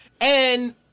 And-